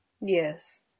Yes